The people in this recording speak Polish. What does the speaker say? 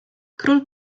król